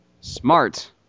Smart